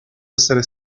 essere